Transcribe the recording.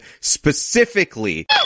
specifically